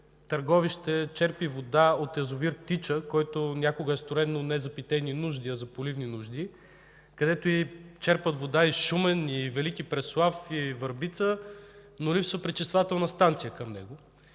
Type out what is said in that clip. Търговище черпи вода от язовир „Тича”, който някога е строен, но не за питейни, а за поливни нужди, откъдето черпят вода и Шумен, и Велики Преслав, и Върбица, но липсва пречиствателна станция към него,